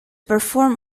perform